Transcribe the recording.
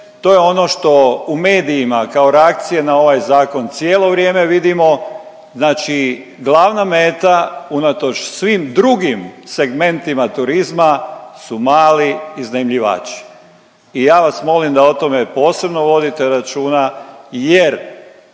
to je ono što u medijima kao reakcije na ovaj Zakon cijelo vrijeme vidimo, znači glavna meta unatoč svih drugim segmentima turizma su mali iznajmljivači i ja vas molim da o tome posebno vodite računa jer